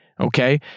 okay